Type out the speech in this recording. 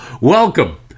welcome